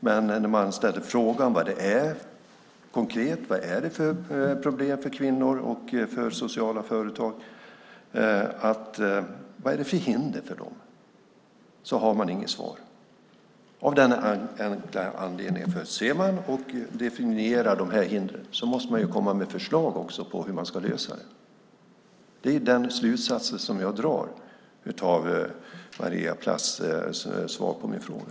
Men när jag ställer frågan vad det konkret är för hinder för kvinnor och sociala företag har man inget svar av den enkla anledningen att ser man och definierar de hindren måste man komma med förslag på hur man ska lösa det. Det är den slutsats som jag drar av Maria Plass svar på min fråga.